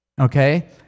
Okay